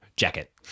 Jacket